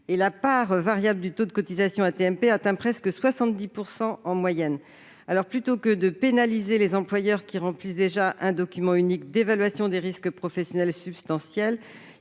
La part variable du taux de cotisation AT-MP atteint presque 70 % en moyenne. Plutôt que de pénaliser les employeurs, qui remplissent déjà un document unique d'évaluation des risques professionnels substantiel,